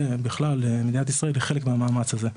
ובכלל מדינת ישראל היא חלק מהמאמץ הזה,